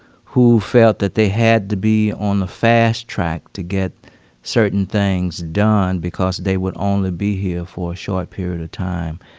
who felt that they had to be on the fast track to get certain things done because they would only be here for a short period of time,